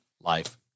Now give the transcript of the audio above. life